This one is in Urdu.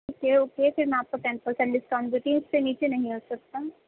ٹھیک ہے اوکے پھر میں آپ کو ٹین پرسینٹ ڈسکاؤنٹ دیتی ہوں اس سے نیچے نہیں ہو سکتا